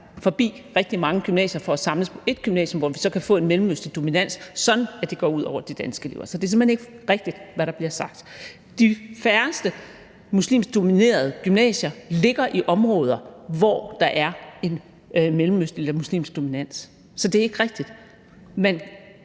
forbi rigtig mange gymnasier for at samles på ét gymnasium, hvor vi så kan få en mellemøstlig dominans, sådan at det går ud over de danske elever. Så det er simpelt hen ikke rigtigt, hvad der bliver sagt. De færreste muslimsk dominerede gymnasier ligger i områder, hvor der er en mellemøstlig eller muslimsk dominans. Så det er ikke rigtigt.